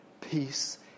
peace